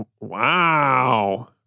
Wow